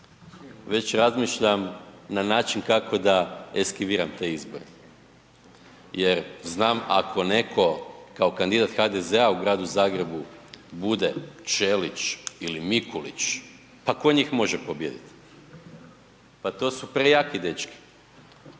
već razmišljam na način kako da eskiviram te izbore jer znamo ako neko kao kandidat HDZ-a u gradu Zagrebu bude Ćelić ili Mikulić, pa ko njih može pobijediti? Pa to su prejaki dečki.